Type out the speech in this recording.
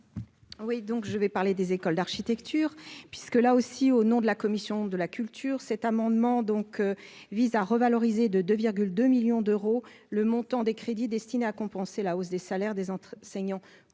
Oui, donc je vais parler des écoles d'architecture, puisque là aussi au nom de la commission de la culture, cet amendement donc vise à revaloriser de 2 2 millions d'euros, le montant des crédits destinés à compenser la hausse des salaires, des entrées saignant contractuels